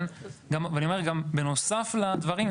בנוסף לדברים,